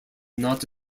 not